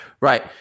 Right